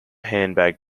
handbag